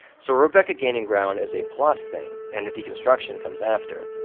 so rebecca gaining ground is a plot thing, and the deconstruction comes after.